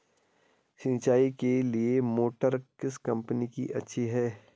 सिंचाई के लिए मोटर किस कंपनी की अच्छी है?